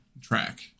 track